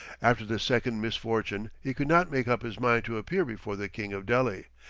after this second misfortune he could not make up his mind to appear before the king of delhi.